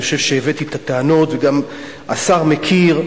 אני חושב שהבאתי את הטענות וגם השר מכיר.